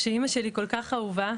שאמא שלי כל כך אהובה,